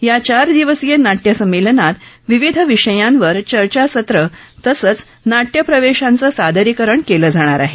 या चार दिवसीय नाट्य संमेलनात विविध विषयांवर चर्चासत्र तसंच नाट्य प्रवेशांचं सादरीकरण केलं जाणार आहे